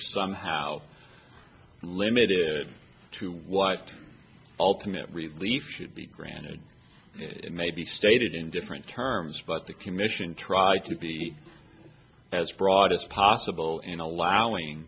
somehow limited to what ultimate relief should be granted it may be stated in different terms but the commission tried to be as broad as possible in allowing